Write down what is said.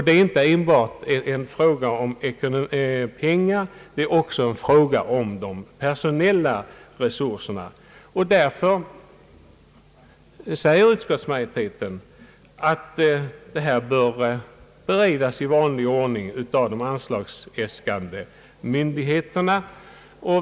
Det är inte enbart en fråga om pengar, det berör också de personella resurserna. Därför säger utskottsmajoriteten att i detta fall bör en beräkning ske i vanlig ordning av de anslagsäskande myndigheterna.